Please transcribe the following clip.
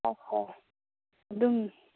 ꯍꯣꯏ ꯍꯣꯏ ꯑꯗꯨꯝ